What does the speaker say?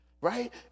right